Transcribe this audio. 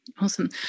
Awesome